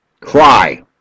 Cry